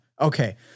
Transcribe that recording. Okay